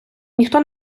ніхто